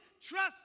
trust